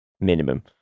Minimum